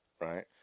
right